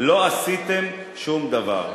אתה אומר: לא עשיתם שום דבר.